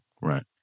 Right